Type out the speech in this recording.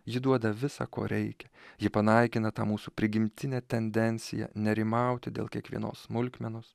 ji duoda visa ko reikia ji panaikina tą mūsų prigimtinę tendenciją nerimauti dėl kiekvienos smulkmenos